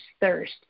thirst